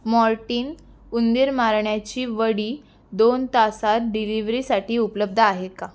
Morton उंदीर मारण्याची वडी दोन तासात डिविव्हरीसाठी उपलब्ध आहे का